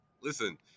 listen